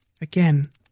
Again